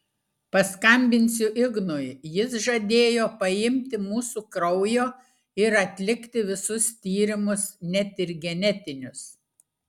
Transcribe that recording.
paskambinsiu ignui jis žadėjo paimti mūsų kraujo ir atlikti visus tyrimus net ir genetinius